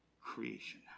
Creation